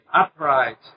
upright